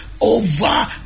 over